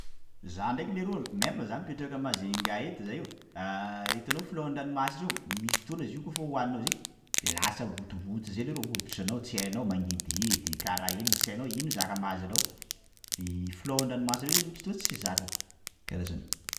Zah ndraiky leroa meme zaho mipetraka a Majunga eto zaho io, hitanao filao andranomasina reo misy fotoana zio koafa hoaninao zay lasa mivontovonto zay leroa hoditra nao, tsy hainao mangidihidy karaha ino, tsy hainao hoe ino zaka mahazo anao, ii filao andranomasina io zany tsy zakanao, karaha zany.